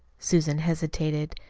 susan hesitated.